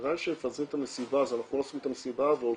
בוודאי כשמפזרים את המסיבה אז אנחנו לא עוזבים את המסיבה והולכים,